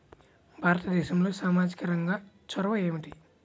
భారతదేశంలో సామాజిక రంగ చొరవ ఏమిటి?